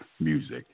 music